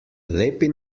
lepi